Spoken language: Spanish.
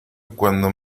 cuando